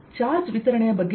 charge ವಿತರಣೆಯ ಬಗ್ಗೆ ಏನು